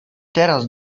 teraz